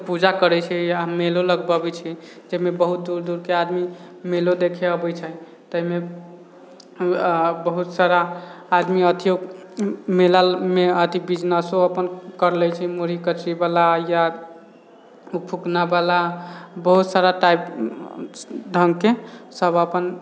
के पूजा करै छिए मेला लगबाबै छिए जाहिमे बहुत बहुत दूर दूरके आदमी मेलो देखै अबै छै ताहिमे बहुत सारा आदमी अथिओ मेलामे अथी बिजनेसो अपन करि लै छै मुरही कचरीवला या ओ फुकनावला बहुत सारा टाइप ढङ्गके सब अपन